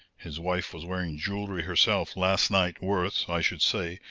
his wife was wearing jewelry herself last night worth, i should say,